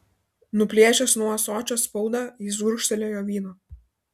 nuplėšęs nuo ąsočio spaudą jis gurkštelėjo vyno